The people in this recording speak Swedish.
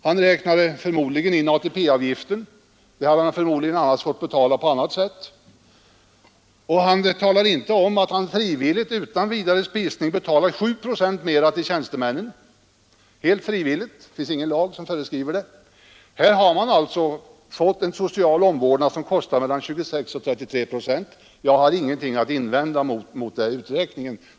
Han räknade förmodligen in ATP-avgiften. Den hade han troligen annars fått betala på annat sätt. Och han talar inte om att han helt frivilligt utan vidare spisning betalar 7 procent mera till tjänstemännen — det finns ingen lag som föreskriver det. Här har man alltså fått en social omvårdnad som kostar mellan 26 och 33 procent. Jag har ingenting att invända mot den uträkningen.